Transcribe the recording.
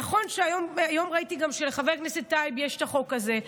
נכון שהיום גם ראיתי שלחבר הכנסת טייב יש את החוק הזה,